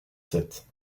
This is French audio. sept